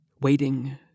Waiting